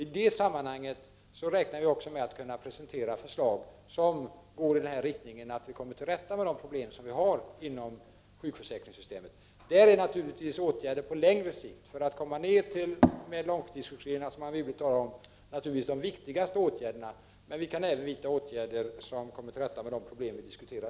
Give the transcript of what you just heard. I det sammanhanget räknar vi också med att kunna presentera förslag som gör att vi kommer till rätta med de problem som vi har inom sjukförsäkringssystemet. Åtgärder på längre sikt, för att förkorta långtidssjukskrivningarna, som Anne Wibble talade om, är naturligtvis de viktigaste. Men vi kan även vidta åtgärder för att komma till rätta med de problem som vi nu diskuterar.